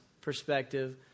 perspective